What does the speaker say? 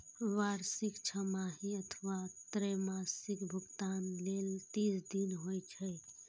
वार्षिक, छमाही अथवा त्रैमासिक भुगतान लेल तीस दिन होइ छै